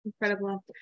incredible